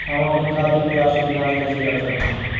हम अपने खाते की राशि की जाँच कैसे कर सकते हैं?